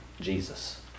Jesus